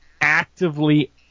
actively